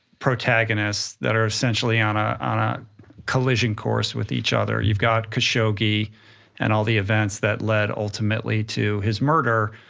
protagonists that are essentially on ah on a collision course with each other. you've got khashoggi and all the events that led ultimately to his murder,